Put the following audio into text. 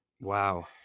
Wow